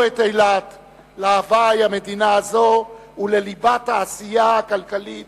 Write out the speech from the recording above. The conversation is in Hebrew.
את אילת להווי המדינה הזאת ולליבת העשייה הכלכלית